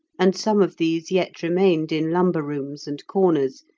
and some of these yet remained in lumber-rooms and corners,